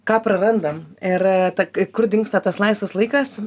ką prarandam ir ta kur dingsta tas laisvas laikas